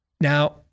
now